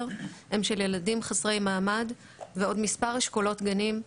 הם של ילדים חסרי מעמד ועוד מספר אשכולות גנים,